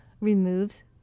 removes